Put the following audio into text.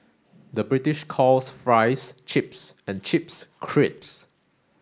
the British calls fries chips and chips crisps